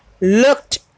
looked